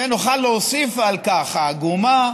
ונוכל להוסיף על כך: העגומה